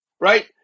right